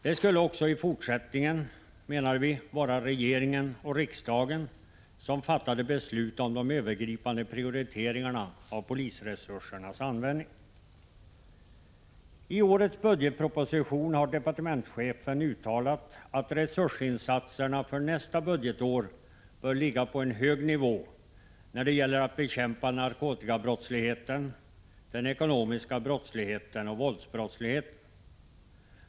Det skulle också i fortsättningen, menar vi, vara regeringen och riksdagen som fattade beslut om de övergripande prioriteringarna av polisresursernas användning. I årets budgetproposition har departementschefen uttalat att resursinsatserna för nästa budgetår bör ligga på en hög nivå när det gäller att bekämpa narkotikabrottsligheten, den ekonomiska brottsligheten och våldsbrottsligheten.